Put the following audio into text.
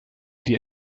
die